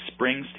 Springsteen